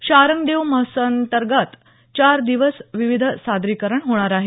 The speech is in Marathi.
शारंगदेव महोत्सवांतर्गत चार दिवस विविध सादरीकरणं होणार आहेत